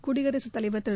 குடியரசுத்தலைவா் திரு